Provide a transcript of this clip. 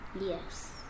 Yes